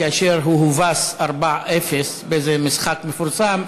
כאשר הוא הובס 0:4 באיזה משחק מפורסם,